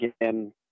again